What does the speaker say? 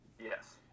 Yes